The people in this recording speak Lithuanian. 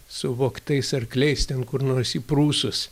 su vogtais arkliais ten kur nors į prūsus